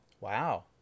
Wow